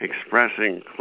expressing